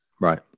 Right